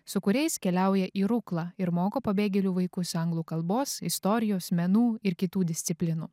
su kuriais keliauja į ruklą ir moko pabėgėlių vaikus anglų kalbos istorijos menų ir kitų disciplinų